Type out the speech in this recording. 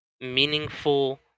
meaningful